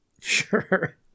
Sure